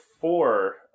four